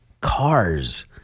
cars